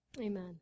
Amen